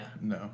No